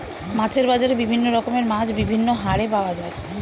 মাছের বাজারে বিভিন্ন রকমের মাছ বিভিন্ন হারে পাওয়া যায়